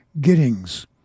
Giddings